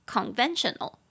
Conventional